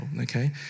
okay